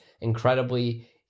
incredibly